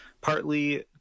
partly